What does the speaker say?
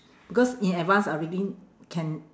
because in advance I already can